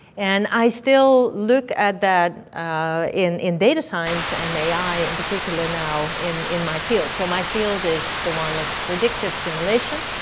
and i still look at that in in data science and ai, in particular now in in my field. so my field is the one of predictive simulation,